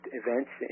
events